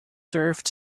served